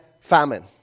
famine